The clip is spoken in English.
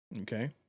Okay